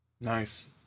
Nice